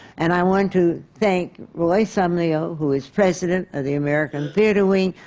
and i want to thank roy somlyo, who is president of the american theatre wing,